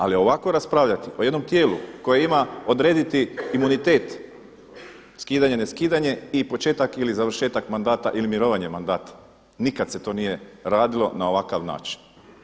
Ali ovako raspravljati o jednom tijelu koje ima odrediti imunitet skidanje neskidanje i početak ili završetak mandata ili mirovanje mandata, nikad se to nije radilo na ovakav način.